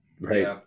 right